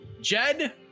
Jed